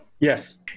Yes